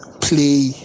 play